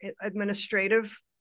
administrative